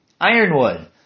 Ironwood